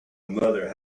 mother